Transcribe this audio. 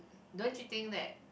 don't you think that